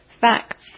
Facts